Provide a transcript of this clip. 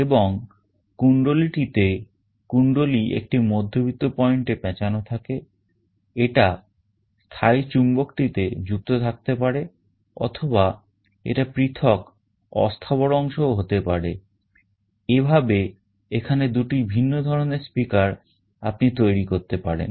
এবং কুন্ডলীটিতে কুণ্ডলী একটি মধ্যবর্তী point এ পেঁচানো থাকে এটা স্থায়ী চুম্বকটিতে যুক্ত থাকতে পারে অথবা এটা পৃথক অস্থাবর অংশও হতে পারে এভাবে এখানে দুটি ভিন্ন ধরনের speaker আপনি তৈরি করতে পারেন